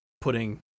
putting